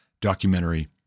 documentary